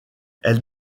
elle